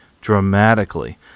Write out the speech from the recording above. dramatically